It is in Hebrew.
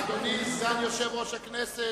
אדוני סגן יושב-אש הכנסת,